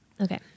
Okay